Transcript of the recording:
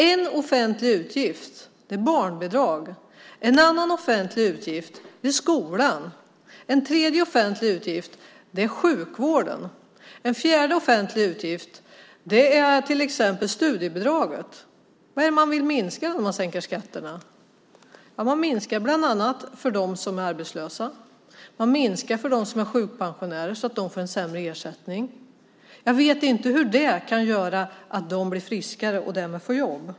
En offentlig utgift är barnbidrag, och en annan är skolan. En tredje offentlig utgift är sjukvården och en fjärde är till exempel studiebidraget. Vad är det man vill minska när man sänker skatterna? Man minskar bland annat för dem som är arbetslösa. Man minskar för dem som är sjukpensionärer så att de får en sämre ersättning. Jag vet inte hur det kan göra så att de blir friskare och får jobb.